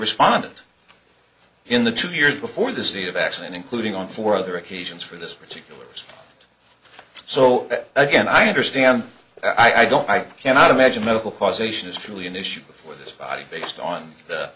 respondent in the two years before the seat of action including on four other occasions for this particular so again i understand i don't i cannot imagine medical causation is truly an issue before this body based on